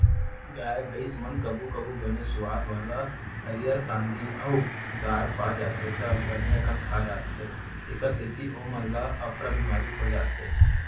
गाय भईंस मन कभू कभू बने सुवाद वाला हरियर कांदी अउ दार पा जाथें त बने अकन खा डारथें एकर सेती ओमन ल अफरा बिमारी हो जाथे